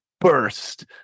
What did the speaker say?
burst